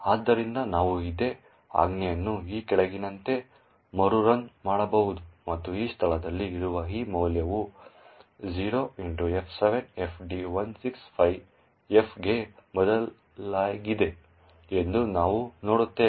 ಆದ್ದರಿಂದ ನಾವು ಇದೇ ಆಜ್ಞೆಯನ್ನು ಈ ಕೆಳಗಿನಂತೆ ಮರುರನ್ ಮಾಡಬಹುದು ಮತ್ತು ಈ ಸ್ಥಳದಲ್ಲಿ ಇರುವ ಈ ಮೌಲ್ಯವು 0xF7FD165F ಗೆ ಬದಲಾಗಿದೆ ಎಂದು ನಾವು ನೋಡುತ್ತೇವೆ